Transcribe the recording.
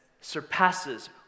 surpasses